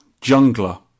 Jungler